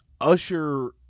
Usher